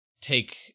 take